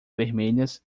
vermelhas